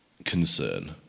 Concern